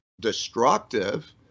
destructive